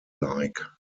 like